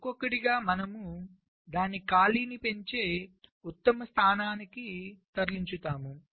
కాబట్టి ఒక్కొక్కటిగా మనము దాన్ని ఖాళీని పెంచే ఉత్తమ స్థానానికి తరలించు తాము